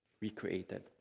recreated